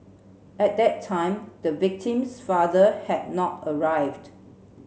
at that time the victim's father had not arrived